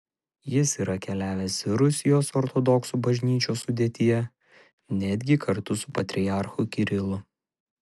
jis yra keliavęs ir rusijos ortodoksų bažnyčios sudėtyje netgi kartu su patriarchu kirilu